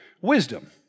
wisdom